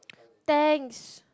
thanks